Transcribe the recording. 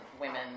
women